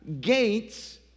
Gates